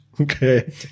Okay